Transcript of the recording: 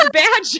bad